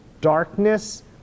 darkness